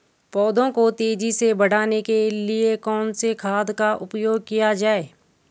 पौधों को तेजी से बढ़ाने के लिए कौन से खाद का उपयोग किया जाए?